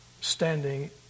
standing